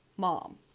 mom